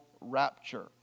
rapture